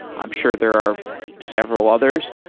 i'm sure there are several others.